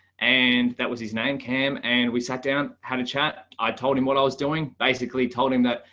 and that was his name cam and we sat down, had a chat. i told him what i was doing basically told him that,